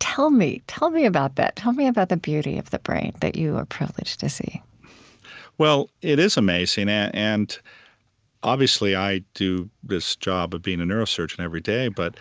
tell me tell me about that. tell me about the beauty of the brain that you are privileged to see it is amazing, and and obviously i do this job of being a neurosurgeon every day. but